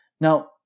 Now